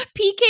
PK